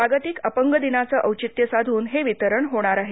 जागतिक अंपग दिनाचं औचित्य साधून हे वितरण होणार आहे